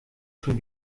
schon